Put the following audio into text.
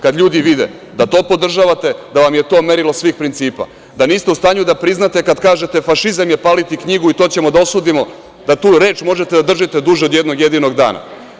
Kad ljudi vide da to podržavate, da vam je to merilo svih principa, da niste u stanju da priznate kad kažete fašizam je paliti knjigu i to ćemo da osudimo, da tu reč možete da držite duže od jednog jedinog dana…